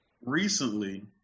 recently